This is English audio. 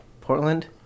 Portland